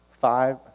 five